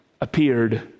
appeared